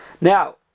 Now